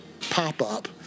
pop-up